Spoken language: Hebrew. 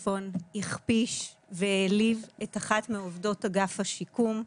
והכפיש והעליב את אחת מעובדות אגף השיקום.